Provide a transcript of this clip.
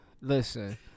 Listen